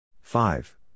five